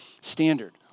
standard